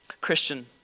Christian